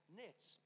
nets